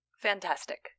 Fantastic